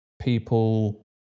people